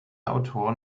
autoren